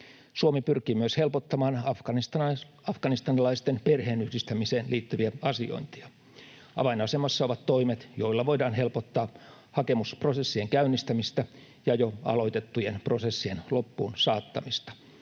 Suomi pyrkii myös helpottamaan afganistanilaisten perheenyhdistämiseen liittyvää asiointia. Avainasemassa ovat toimet, joilla voidaan helpottaa hakemusprosessien käynnistämistä ja jo aloitettujen prosessien loppuun saattamista.